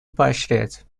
поощрять